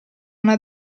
una